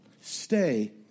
Stay